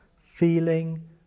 feeling